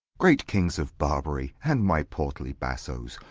great kings of barbary, and my portly bassoes,